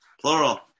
plural